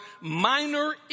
minor